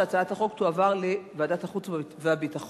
שהצעת החוק תועבר לוועדת החוץ והביטחון,